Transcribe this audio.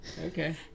okay